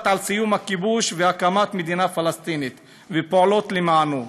על סיום הכיבוש ועל הקמת מדינה פלסטינית ופועלות למענו.